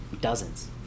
dozens